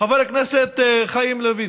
חבר הכנסת חיים ילין,